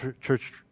church